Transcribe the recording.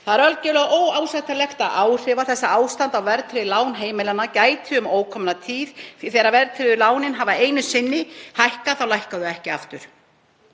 Það er algjörlega óásættanlegt að áhrifa þessa ástands á verðtryggð lán heimilanna gæti um ókomna tíð, því þegar verðtryggðu lánin hafa einu sinni hækkað þá lækka þau ekki aftur.